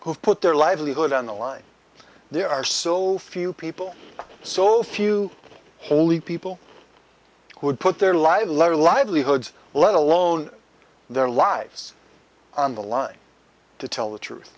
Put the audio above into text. who put their livelihood on the line there are so few people so few holy people who would put their lives lower livelihoods let alone their lives on the line to tell the truth